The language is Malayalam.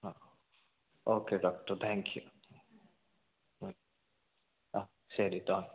ആ ഓക്കെ ഡോക്ടർ താങ്ക് യു ആ ശരി കേട്ടോ